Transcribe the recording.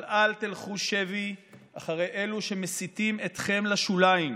אבל אל תלכו שבי אחרי אלו שמסיתים אתכם לשוליים,